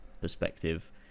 perspective